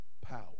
power